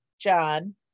John